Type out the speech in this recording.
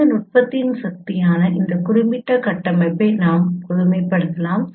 இந்த நுட்பத்தின் சக்தியான இந்த குறிப்பிட்ட கட்டமைப்பை நாம் பொதுமைப்படுத்தலாம்